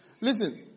Listen